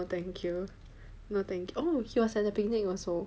no thank you no thank y~ oh he was at the picnic also